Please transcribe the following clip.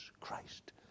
Christ